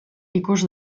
ikus